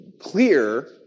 clear